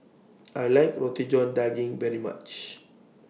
I like Roti John Daging very much